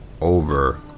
over